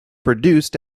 produced